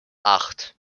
acht